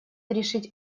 решить